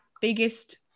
biggest